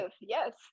yes